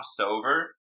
over